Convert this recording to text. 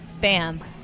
bam